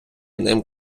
ним